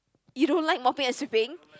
you don't like mopping and sweeping